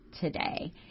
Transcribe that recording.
today